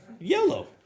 Yellow